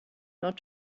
not